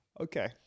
Okay